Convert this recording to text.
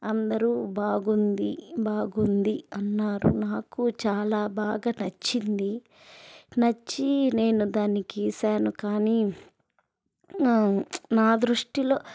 అందరూ బాగుంది బాగుంది అన్నారు నాకు చాలా బాగా నచ్చింది నచ్చి నేను దాన్ని గీసాను కాని నా దృష్టిలో